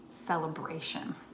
Celebration